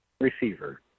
receiver